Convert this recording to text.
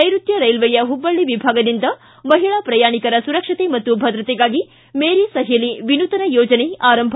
ನೈರುತ್ತ ರೈಲ್ವೆಯ ಹುಬ್ಬಳ್ಳಿ ವಿಭಾಗದಿಂದ ಮಹಿಳಾ ಪ್ರಯಾಣಿಕರ ಸುರಕ್ಷತೆ ಮತ್ತು ಭದ್ರತೆಗಾಗಿ ಮೇರೀ ಸಹೇಲಿ ವಿನೂತನ ಯೋಜನೆ ಆರಂಭ